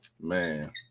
Man